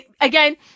Again